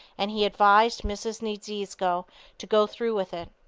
and he advised mrs. niedziezko to go through with it.